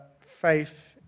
faith